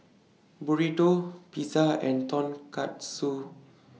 Burrito Pizza and Tonkatsu